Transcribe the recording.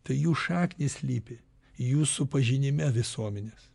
tai jų šaknys slypi jūsų pažinime visuomenės